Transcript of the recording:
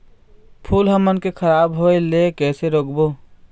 फूल हमन के खराब होए ले कैसे रोकबो?